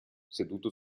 seduto